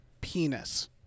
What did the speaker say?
penis